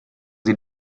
sie